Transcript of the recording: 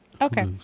Okay